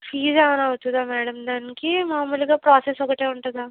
fees ఏవన్నా అవుతుందా madam దానికి మామూలుగా ప్రాసెస్ ఒకటే ఉంటుందా